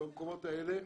במקומות האלה.